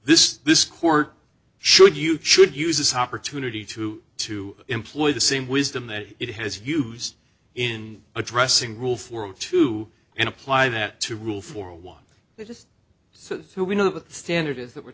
this this court should you should use this opportunity to to employ the same wisdom that it has used in addressing rule for two and apply that to rule for one that is so who we know the standard is that we're